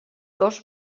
dos